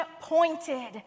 pointed